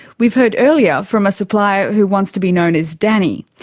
we've heard earlier from a supplier who wants to be known as danny.